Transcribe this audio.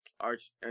arch